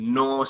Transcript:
no